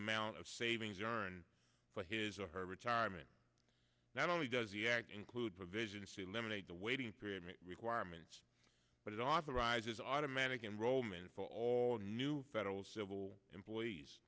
amount of savings earned by his or her retirement not only does he act include provisions to eliminate the waiting period meet requirements but it authorizes automatic enrollment for all new federal civil employees